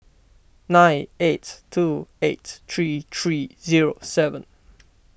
nine eight two eight three three zero seven